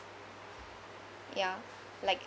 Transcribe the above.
ya like